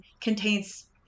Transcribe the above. contains